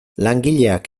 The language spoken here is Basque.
langileak